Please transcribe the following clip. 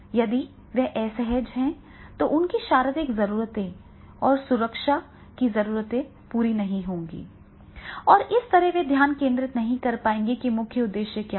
यदि वे असहज हैं तो उनकी शारीरिक जरूरत और सुरक्षा की जरूरतें पूरी नहीं होंगी और इस तरह वे ध्यान केंद्रित नहीं कर पाएंगे जो कि मुख्य उद्देश्य है